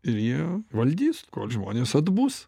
ir jie valdys kol žmonės atbus